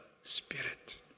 Spirit